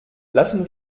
lassen